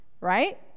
right